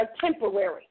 temporary